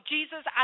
Jesus